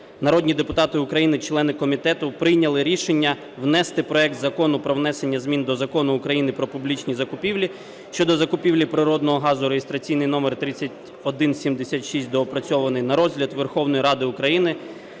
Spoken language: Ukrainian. народні депутати України, члени комітету, прийняли рішення: внести проект Закону про внесення змін до Закону України "Про публічні закупівлі" щодо закупівлі природного газу (реєстраційний номер 3176), доопрацьований, на розгляд Верховної Ради України